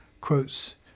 quotes